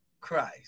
Christ